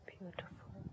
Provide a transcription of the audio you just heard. Beautiful